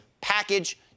package